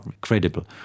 credible